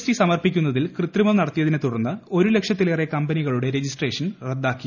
T സമർപ്പിക്കുന്നതിൽ കൃത്രിമം നടത്തിയതിനെത്തുടർന്ന് ഒരു ലക്ഷത്തിലേറെ കമ്പനികളുടെ രജിസ്ട്രേഷൻ റദ്ദാക്കി